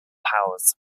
powers